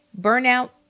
Burnout